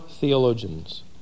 theologians